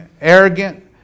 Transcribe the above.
arrogant